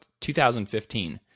2015